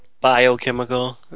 Biochemical